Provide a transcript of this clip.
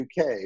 UK